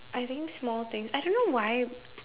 I think small things I don't know why